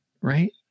Right